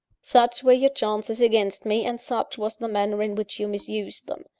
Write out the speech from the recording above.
such were your chances against me and such was the manner in which you misused them.